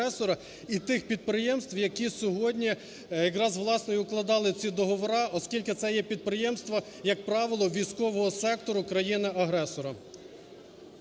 і тих підприємств, які сьогодні якраз власне і укладали ці договори, оскільки це є підприємства, як правило, військового сектору країни-агресора.